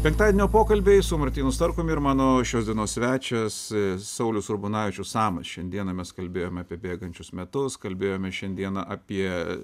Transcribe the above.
penktadienio pokalbiai su martynu starkum ir mano šios dienos svečias saulius urbonavičius samas šiandieną mes kalbėjom apie bėgančius metus kalbėjome šiandieną apie